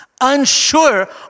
Unsure